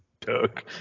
Doug